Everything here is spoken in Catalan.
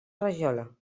rajola